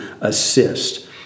assist